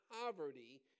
poverty